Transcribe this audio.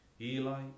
Eli